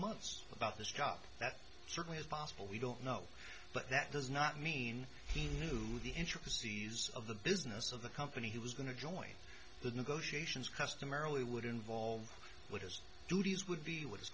months about this job that certainly is possible we don't know but that does not mean he knew the intricacies of the business of the company he was going to join the negotiations customarily would involve what his duties would be with his